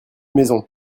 maison